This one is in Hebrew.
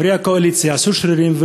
חברי הקואליציה יעשו שרירים,